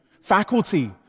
Faculty